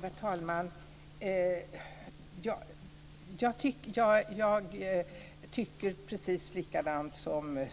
Fru talman! Jag tycker precis som